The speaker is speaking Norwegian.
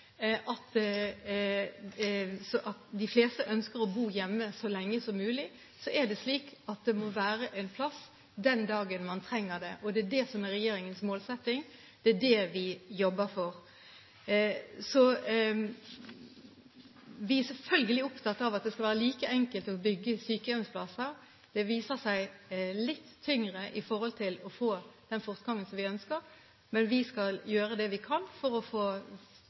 de fleste ønsker å bo hjemme så lenge som mulig, er det slik at det må være en plass den dagen man trenger det. Det er det som er regjeringens målsetting. Det er det vi jobber for. Vi er selvfølgelig opptatt av at det skal være like enkelt å bygge sykehjemsplasser. Det viser seg å være litt tyngre for å få til den fortgangen vi ønsker. Men vi skal gjøre det vi kan for å få